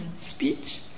speech